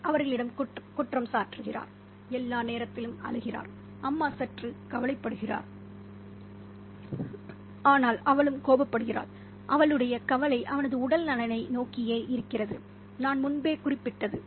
அவர் அவர்களிடம் குற்றம் சாட்டுகிறார் எல்லா நேரத்திலும் அழுகிறார் அம்மா சற்று கவலைப்படுகிறார் ஆனால் அவளும் கோபப்படுகிறாள் அவளுடைய கவலை அவனது உடல் நலனை நோக்கியே இருக்கிறது நான் முன்பே குறிப்பிட்டது